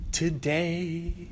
Today